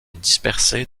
dispersées